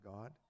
God